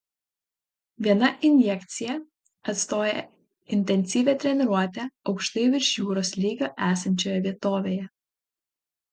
viena injekcija atstoja intensyvią treniruotę aukštai virš jūros lygio esančioje vietovėje